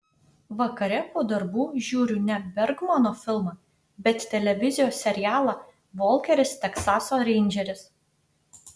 vakare po darbų žiūriu ne bergmano filmą bet televizijos serialą volkeris teksaso reindžeris